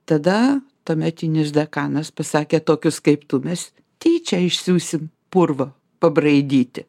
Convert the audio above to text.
tada tuometinis dekanas pasakė tokius kaip tu mes tyčia išsiųsim purvo pabraidyti